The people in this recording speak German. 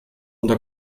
unter